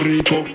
Rico